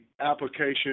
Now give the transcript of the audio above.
application